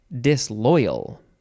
disloyal